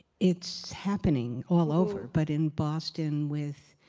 it's happening all over, but in boston with